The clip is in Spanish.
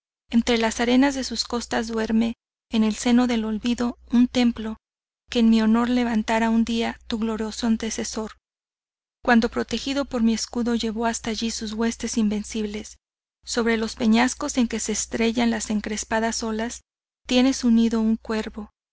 entre las arenas de sus costas duerme en el seno del olvido un templo que en mi honor levantara un día tu glorioso antecesor cuando protegido por mi escudo llevo hasta allí sus huestes invencibles sobre los peñascos en que se estrellan las encrespadas olas tiene su nido un cuervo